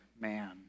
man